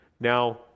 Now